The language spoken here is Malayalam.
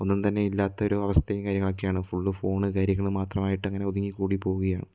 ഒന്നും തന്നെ ഇല്ലാത്ത ഒരു അവസ്ഥയും കാര്യങ്ങളൊക്കെയാണ് ഫുള്ള് ഫോൺ കാര്യങ്ങൾ മാത്രം ആയിട്ട് അങ്ങനെ ഒതുങ്ങി കൂടി പോവുകയാണ്